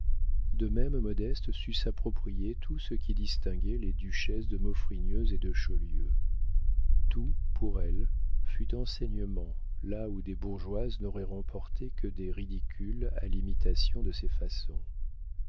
de même modeste sut s'approprier tout ce qui distinguait les duchesses de maufrigneuse et de chaulieu tout pour elle fut enseignement là où des bourgeoises n'auraient remporté que des ridicules à l'imitation de ces façons